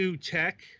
Tech